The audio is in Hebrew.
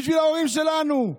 בשביל ההורים שלנו,